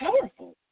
powerful